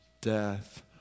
death